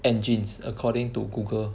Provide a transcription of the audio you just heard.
engines according to Google